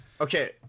Okay